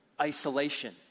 Isolation